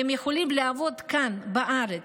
והם יכולים לעבוד כאן בארץ.